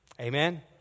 Amen